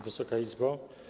Wysoka Izbo!